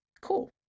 cool